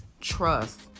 trust